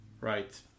right